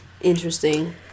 Interesting